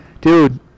dude